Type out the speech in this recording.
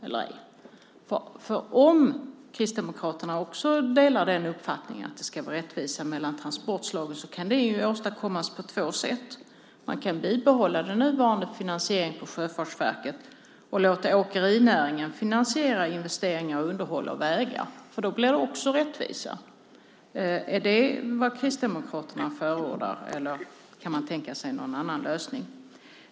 Om också Kristdemokraterna delar uppfattningen att det ska vara rättvisa mellan transportslagen kan det åstadkommas på två sätt. Man kan dels behålla den nuvarande finansieringen på Sjöfartsverket, dels låta åkerinäringen finansiera investeringar och underhåll av vägar. Också då blir det rättvisa. Är det vad Kristdemokraterna förordar, eller kan man tänka sig någon annan lösning?